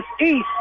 East